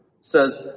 says